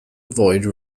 avoid